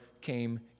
came